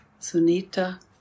Sunita